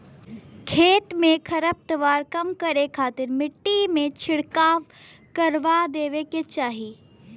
खेत से खरपतवार कम करे खातिर मट्टी में छिड़काव करवा देवे के चाही